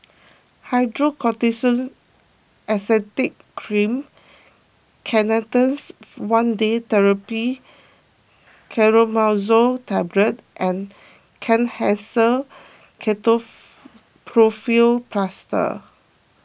Hydrocortisone Acetate Cream Canestens one Day therapy Clotrimazole Tablet and Kenhancer Plaster